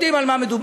יודעים על מה מדובר,